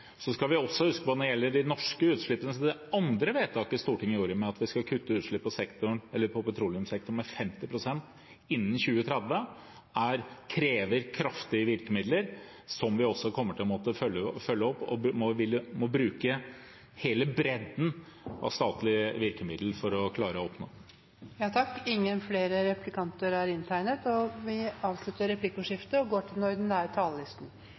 Når det gjelder de norske utslippene, skal vi også huske på at det andre vedtaket Stortinget gjorde, at vi skal kutte utslipp på petroleumssektoren med 50 pst. innen 2030, krever kraftige virkemidler som vi også kommer til å måtte følge opp, og som vi må bruke hele bredden av statlige virkemidler for å klare å oppnå. Replikkordskiftet er omme. Sidan førre trontaledebatt har vi